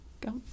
go